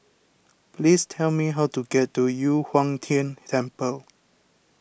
please tell me how to get to Yu Huang Tian Temple